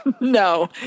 no